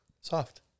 soft